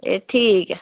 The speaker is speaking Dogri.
एह् ठीक ऐ